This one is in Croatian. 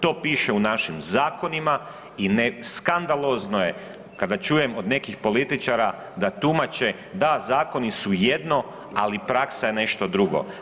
To piše u našim zakonima i ne, skandalozno je kada čujem od nekih političara da tumače da zakoni su jedno, ali praksa je nešto drugo.